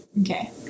Okay